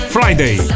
Friday